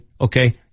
okay